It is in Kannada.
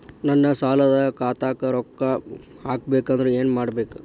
ನನ್ನ ಸಾಲದ ಖಾತಾಕ್ ರೊಕ್ಕ ಹಾಕ್ಬೇಕಂದ್ರೆ ಏನ್ ಮಾಡಬೇಕು?